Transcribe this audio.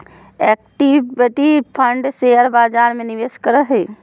equity fund share बजार में निवेश करो हइ